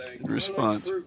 Response